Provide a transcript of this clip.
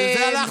בשביל זה הלכת?